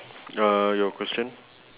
uh your question